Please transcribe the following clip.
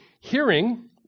hearing